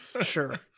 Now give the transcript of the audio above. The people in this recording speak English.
sure